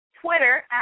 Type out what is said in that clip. Twitter